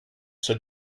said